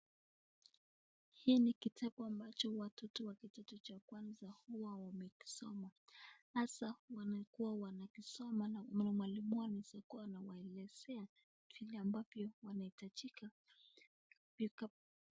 Hii ni kitabu ambacho watoto wa kitoto cha kwanza huwa wamekisoma. Hasa wanakuwa wanakisoma na mwalimu anaweza kuwa anawaelezea vile ambavyo wanahitajika. Vikapu.